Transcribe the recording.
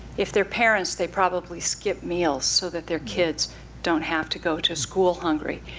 if they're parents, they probably skip meals so that their kids don't have to go to school hungry.